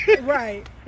Right